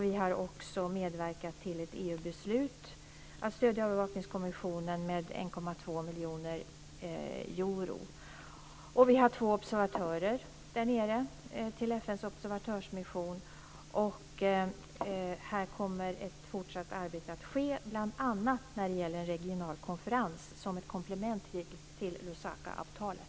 Vi har också medverkat till ett EU-beslut att stödja övervakningskommissionen med 1,2 miljoner euro. Vi har två observatörer där nere i FN:s observatörsmission. Ett fortsatt arbete kommer att bedrivas bl.a. i form av en regional konferens som ett komplement till Lusakaavtalet.